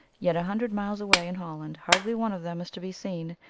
yet a hundred miles away in holland hardly one of them is to be seen,